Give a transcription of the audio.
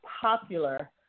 popular